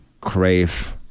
crave